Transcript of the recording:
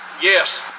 yes